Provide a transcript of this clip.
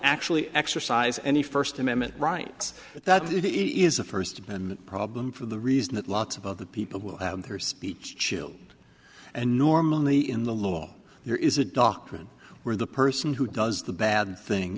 actually exercise any first amendment right right but that is a first amendment problem for the reason that lots of other people will add her speech chill and normally in the law there is a doctrine where the person who does the bad thing